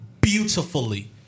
Beautifully